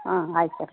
ಹಾಂ ಆಯ್ತು ಸರ್